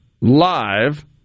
live